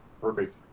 Perfect